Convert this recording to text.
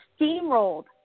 steamrolled